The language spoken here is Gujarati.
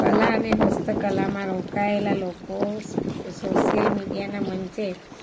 કલા અને હસ્તકલામાં રોકાએલા લોકો સોસિયલ મીડિયાના મંચે